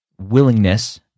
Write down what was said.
willingness